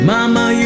Mama